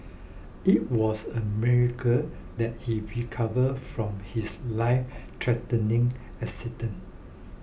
it was a miracle that he recover from his life threatening accident